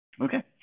Okay